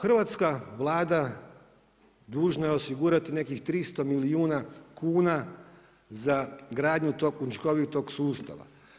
Hrvatska Vlada dužna je osigurati nekih 300 milijuna kuna za gradnju tog učinkovitog sustava.